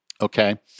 okay